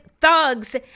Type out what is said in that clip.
thugs